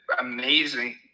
amazing